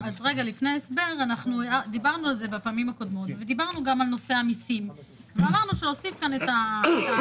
לכלל נכסיה בחודש מסוים שלגביו ניתנה ההבטחה